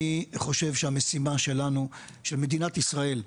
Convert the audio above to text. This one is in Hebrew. אני חושב שהמשימה שלנו, של מדינת ישראל,